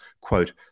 quote